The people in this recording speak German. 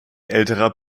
älterer